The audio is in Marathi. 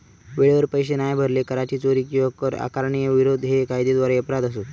वेळेवर पैशे नाय भरले, कराची चोरी किंवा कर आकारणीक विरोध हे कायद्याद्वारे अपराध असत